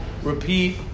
Repeat